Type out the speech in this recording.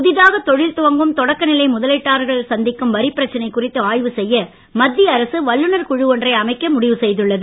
புதிதாக தொழில் துவங்கும் தொடக்கநிலை முதலீட்டாளர்கள் சந்திக்கும் வரிப் பிரச்சனை குறித்து ஆய்வு செய்ய மத்திய அரசு வல்லுனர் குழு ஒன்றை அமைக்க முடிவு செய்துள்ளது